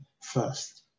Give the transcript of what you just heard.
first